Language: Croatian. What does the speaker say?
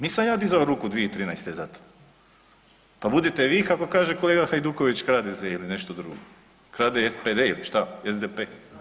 Nisam ja dizao ruku 2013. za to, pa budite vi kako kaže kolega Hajduković kradeze ili nešto drugo, kradespede ili šta SDP.